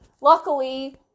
luckily